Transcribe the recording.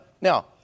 Now